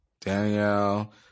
Danielle